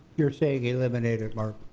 you're saying eliminate it, mark?